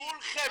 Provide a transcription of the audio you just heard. לכולכם,